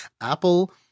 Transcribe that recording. Apple